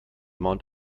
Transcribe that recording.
mount